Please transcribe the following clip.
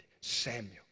Samuel